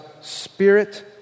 spirit